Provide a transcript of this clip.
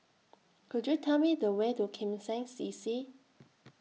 Could YOU Tell Me The Way to Kim Seng C C